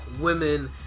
women